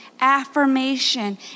affirmation